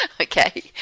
Okay